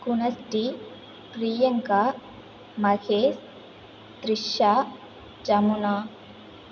Gunasri Priyanka Mahesh Trisha Jamuna